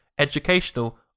educational